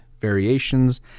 variations